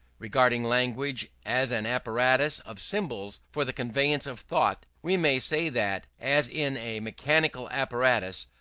regarding language as an apparatus of symbols for the conveyance of thought, we may say that, as in a mechanical apparatus,